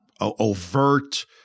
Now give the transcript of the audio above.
overt